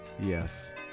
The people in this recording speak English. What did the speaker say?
yes